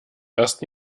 erst